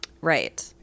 Right